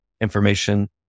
information